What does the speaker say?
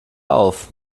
auf